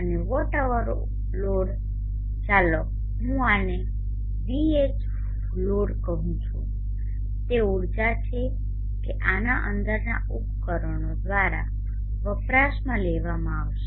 અને watt hour load ચાલો હું આને Whload કહું છુ તે ઊર્જા છે કે જે આના અંદરના ઉપકરણો દ્વારા વપરાશમાં લેવામાં આવશે